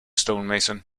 stonemason